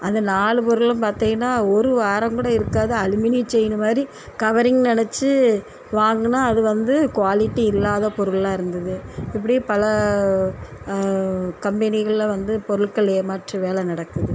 அந்த நாலு பொருளும் பார்த்தீங்கனா ஒரு வாரம் கூட இருக்காது அலுமினியம் செயினு மாதிரி கவரிங் நினைச்சி வாங்குனால் அது வந்து குவாலிட்டி இல்லாத பொருளாக இருந்தது இப்படி பல கம்பெனிகளில் வந்து பொருட்கள் ஏமாற்றும் வேலை நடக்குது